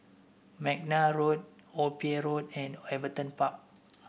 McNair Road Old Pier Road and Everton Park